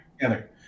together